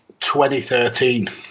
2013